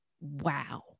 wow